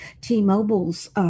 T-Mobile's